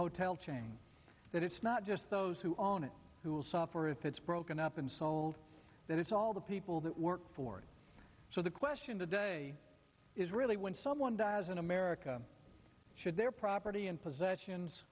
hotel chain that it's not just those who own it who will suffer if it's going up and sold that it's all the people that work for it so the question today is really when someone dies in america should their property and possessions